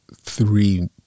three